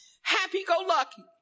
Happy-go-lucky